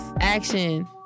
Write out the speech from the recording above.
action